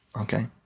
okay